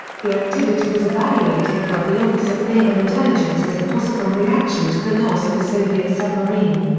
the activity was evaluated by the office of naval intelligence as a possible reaction to the loss of a soviet submarine.